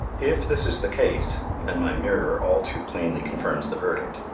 if this is the case, and my mirror all too plainly confirms the verdict,